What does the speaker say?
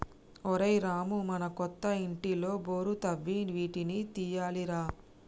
ఒరేయ్ రామూ మన కొత్త ఇంటిలో బోరు తవ్వి నీటిని తీయాలి రా